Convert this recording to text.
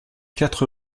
quatre